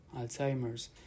Alzheimer's